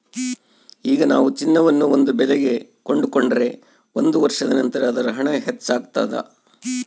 ಈಗ ನಾವು ಚಿನ್ನವನ್ನು ಒಂದು ಬೆಲೆಗೆ ಕೊಂಡುಕೊಂಡರೆ ಒಂದು ವರ್ಷದ ನಂತರ ಅದರ ಹಣ ಹೆಚ್ಚಾಗ್ತಾದ